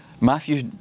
Matthew